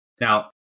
Now